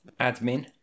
admin